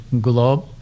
globe